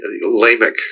Lamech